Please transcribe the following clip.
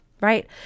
right